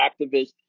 activists